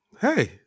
Hey